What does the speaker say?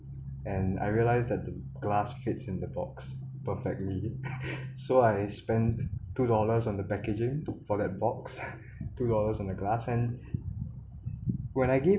and I realized that the glass fits in the box perfectly so I spend two dollars on the packaging for that box two dollars on the glass and when I gave